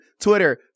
Twitter